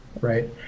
right